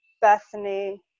bethany